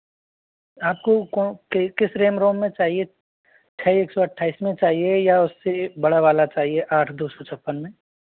आपको कौन किस रेम रोम में चाहिए छः एक सौ अट्ठाईस में चाहिए या उससे बड़ा वाला चाहिए आठ दो सौ छप्पन में